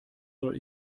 soll